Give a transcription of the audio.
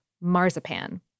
marzipan